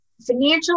Financial